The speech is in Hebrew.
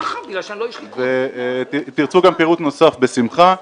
אם תרצו גם פירוט נוסף, בשמחה.